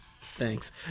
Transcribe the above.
Thanks